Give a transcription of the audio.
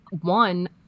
one